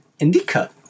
Indica